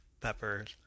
peppers